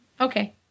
Okay